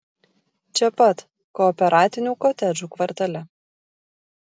čia pat kooperatinių kotedžų kvartale